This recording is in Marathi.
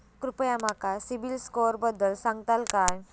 कृपया माका सिबिल स्कोअरबद्दल सांगताल का?